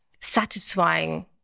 satisfying